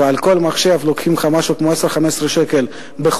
ועל כל מחשב לוקחים לך משהו כמו 10 15 שקל לחודש.